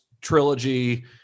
trilogy